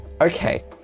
okay